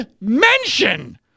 mention